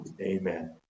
Amen